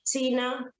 China